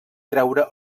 treure